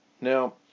Now